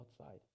outside